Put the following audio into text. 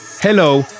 Hello